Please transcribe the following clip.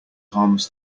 harms